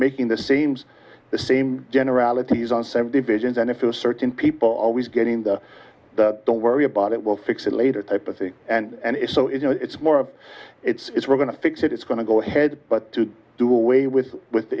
making the seams the same generalities and same divisions and if you have certain people always getting the don't worry about it we'll fix it later type of thing and it's so it's more of it's it's we're going to fix it it's going to go ahead but to do away with with the